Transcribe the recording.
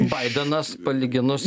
baidenas palyginus